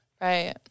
Right